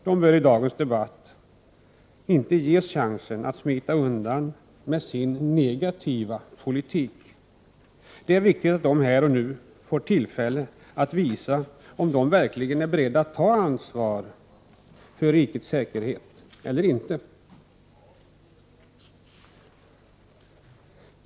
De bör i dagens debatt inte ges chansen att smita undan med sin negativa politik. Det är viktigt att de här och nu får tillfälle att visa om de verkligen är beredda att ta ansvar för rikets säkerhet eller inte.